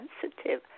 sensitive